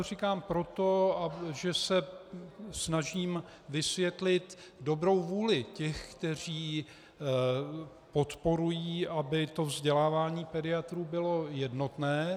Říkám to proto, že se snažím vysvětlit dobrou vůli těch, kteří podporují, aby vzdělávání pediatrů bylo jednotné.